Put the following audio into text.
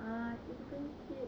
err internship